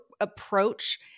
approach